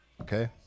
Okay